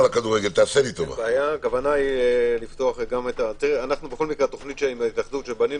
התוכנית עם ההתאחדות שבנינו,